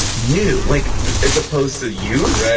new, like as opposed to used?